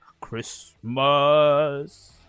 Christmas